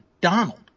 Donald